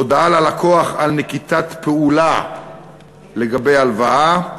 (הודעה ללקוח על נקיטת פעולה לגבי הלוואה),